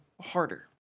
harder